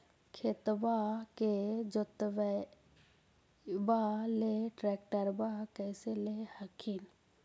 खेतबा के जोतयबा ले ट्रैक्टरबा कैसे ले हखिन?